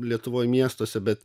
lietuvoj miestuose bet